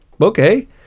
okay